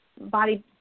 body